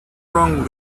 wrong